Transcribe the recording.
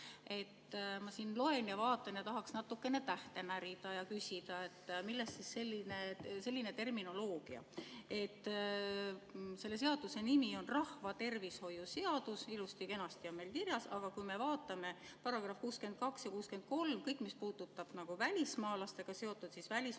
Ma siin loen ja vaatan ning tahaks natukene tähte närida ja küsida, millest siis selline terminoloogia. Selle seaduse nimi on rahvatervishoiu seadus, ilusti-kenasti on see meil kirjas, aga kui me vaatame § 62 ja 63, kõike, mis puudutab välismaalastega seotut, välismaalasele